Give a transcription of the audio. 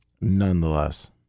Nonetheless